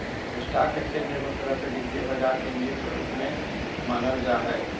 stock exchange एगो तरह से वित्तीय बाजार के नींव के रूप मे मानल जा हय